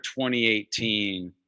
2018